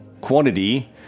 quantity